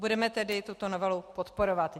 Budeme tedy tuto novelu podporovat.